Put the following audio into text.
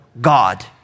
God